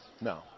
No